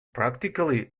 practically